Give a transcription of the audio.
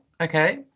Okay